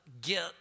get